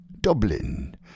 Dublin